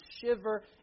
shiver